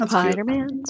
Spider-Man